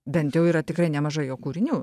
bent jau yra tikrai nemažai jo kūrinių